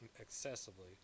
excessively